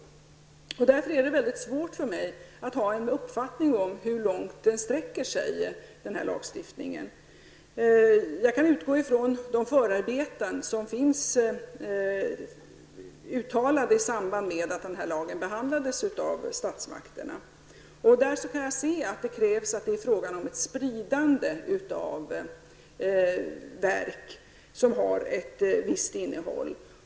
Det är därför mycket svårt för mig att ha en uppfattning om hur långt denna lagstiftning sträcker sig. Jag kan utgå ifrån vad som finns uttalat i de förarbeten som finns i samband med att denna lag behandlades av statsmakterna. Jag kan där se att det är fråga om ett spridande av verk som har ett visst innehåll.